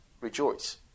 rejoice